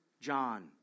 John